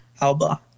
Alba